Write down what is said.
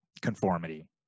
conformity